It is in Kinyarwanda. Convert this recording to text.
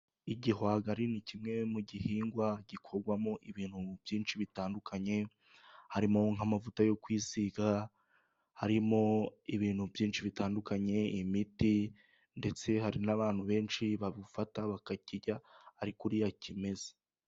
Igihwagari ni kimwe mu gihingwa gikorwamo ibintu byinshi bitandukanye, harimo nk'amavuta yo kwisiga, harimo ibintu byinshi bitandukanye, imiti, ndetse hari n'abantu benshi bagifata bakakirya ari kuriya kimeze.